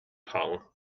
tongue